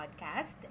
podcast